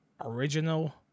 Original